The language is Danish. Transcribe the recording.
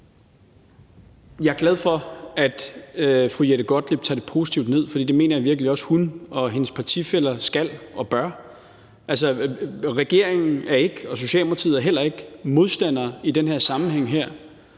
Jeg er glad for, at fru Jette Gottlieb tager det positivt ned, for det mener jeg virkelig også at hun og hendes partifæller skal og bør. Altså, regeringen og Socialdemokratiet er ikke nogens modstandere i den her sammenhæng.